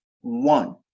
one